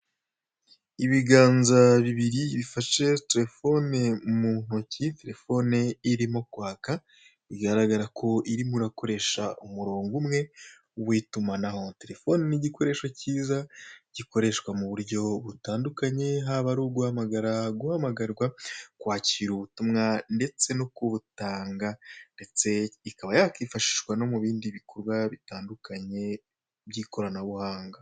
Ibiganza bibiri bifashe terefone mu ntoki, terefone irimo kwaka bigaragara ko irimo irakoresha umurongo umwe w'itumanaho. Terefone ni igikoresho cyiza gikoreshwa m'uburyo butandukanye haba ari uguhamagara, guhamagarwa kwakira ubutumwa ndetse no kubutanga ndetse ikaba yakifashishwa mu bindi bikorwa bitandukanye by'ikoranabuhanga.